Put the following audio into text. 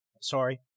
sorry